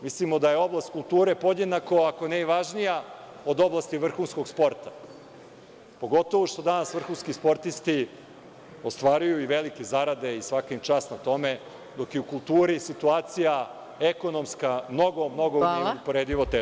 Mislimo da je oblast kulture podjednako, ako ne i važnija od oblasti vrhunskog sporta, pogotovo što danas vrhunski sportisti ostvaruju i velike zarade i svaka im čast na tome, dok je u kulturi situacija ekonomska neuporedivo teža.